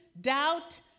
doubt